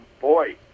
boy